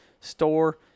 store